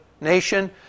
nation